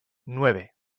nueve